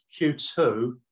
Q2